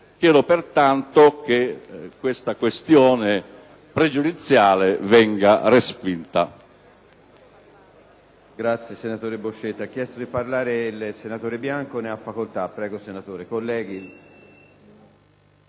Chiedo pertanto che la questione pregiudiziale QP1 venga respinta.